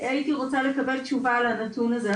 הייתי רוצה לקבל תשובה לנתון הזה,